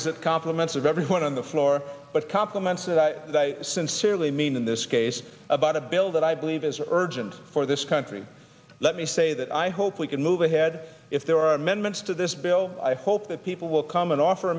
requisite compliments of everyone on the floor but compliments that i sincerely mean in this case about a bill that i believe is urgent for this country let me say that i hope we can move ahead if there are many ments to this bill i hope that people will come and offer